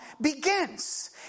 begins